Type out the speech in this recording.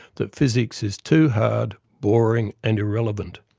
that physics is too hard, boring, and irrelevant.